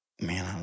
man